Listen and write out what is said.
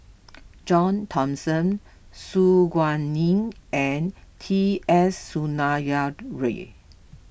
John Thomson Su Guaning and T S Sinnathuray